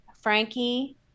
Frankie